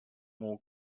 more